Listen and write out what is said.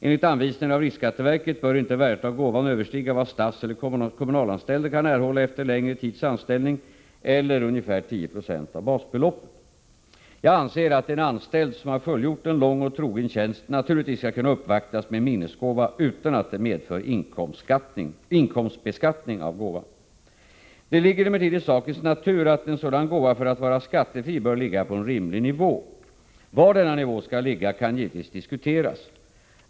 Enligt anvisningar av riksskatteverket bör inte värdet av gåvan överstiga vad statseller kommunalanställda kan erhålla efter längre tids anställning eller ungefär 10 96 av basbeloppet. Jag anser att en anställd som har fullgjort en lång och trogen tjänst naturligtvis skall kunna uppvaktas med en minnesgåva utan att det medför inkomstbeskattning av gåvan. Det ligger emellertid i sakens natur att en sådan gåva för att vara skattefri bör ligga på en rimlig nivå. Var denna nivå skall ligga kan givetvis diskuteras.